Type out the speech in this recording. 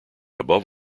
above